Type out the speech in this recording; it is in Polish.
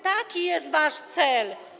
Taki jest wasz cel.